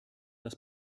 das